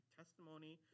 testimony